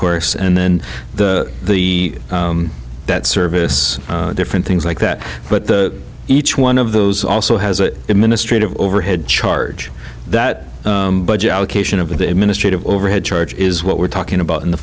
course and then the debt service different things like that but the each one of those also has an administrative overhead charge that budget allocation of the administrative overhead charge is what we're talking about and the